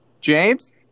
James